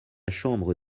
chambre